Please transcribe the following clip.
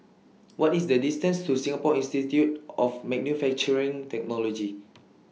What IS The distance to Singapore Institute of Manufacturing Technology